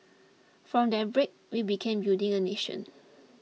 from that break we began building a nation